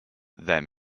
them